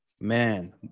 Man